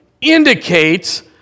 indicates